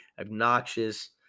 obnoxious